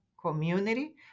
community